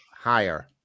Higher